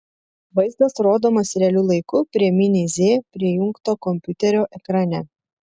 vaizdas rodomas realiu laiku prie mini z prijungto kompiuterio ekrane